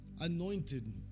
anointed